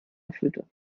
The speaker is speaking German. erfüllte